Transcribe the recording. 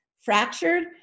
fractured